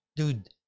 Dude